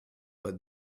but